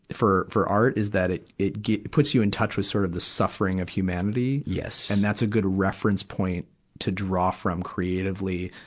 for, for art, is that it, it go, it puts you in touch with sort of the suffering of humanity. and that's a good reference point to draw from creatively,